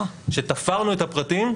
כשתפרנו את הפרטים,